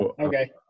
Okay